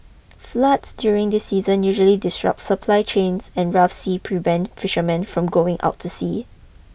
floods during this season usually disrupt supply chains and rough sea prevent fishermen from going out to sea